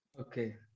Okay